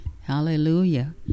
hallelujah